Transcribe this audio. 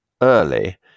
early